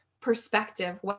perspective